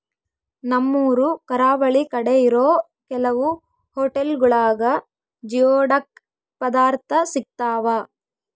ನಮ್ಮೂರು ಕರಾವಳಿ ಕಡೆ ಇರೋ ಕೆಲವು ಹೊಟೆಲ್ಗುಳಾಗ ಜಿಯೋಡಕ್ ಪದಾರ್ಥ ಸಿಗ್ತಾವ